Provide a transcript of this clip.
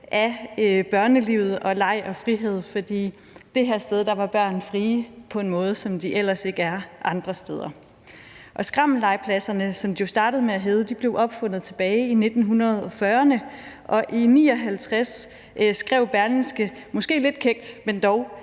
af børnelivet og leg og frihed, for det her sted var børn frie på en måde, som de ellers ikke er andre steder. Skrammellegepladserne, som de jo startede med at hedde, blev opfundet tilbage i 1940'erne, og i 1959 skrev Berlingske Tidende – måske lidt kækt – at